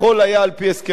על-פי הסכמי אוסלו,